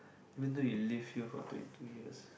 wait until you live here for twenty two years